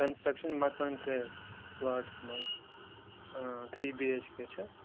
construction مکان کٔرِتھ plots مَنٛز ٲں تھرٛی بی ایچ کے چھا